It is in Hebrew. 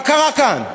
מה קרה כאן?